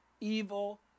evil